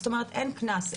זאת אומרת אין קנס,